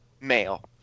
male